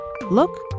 Look